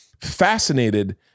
fascinated